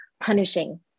punishing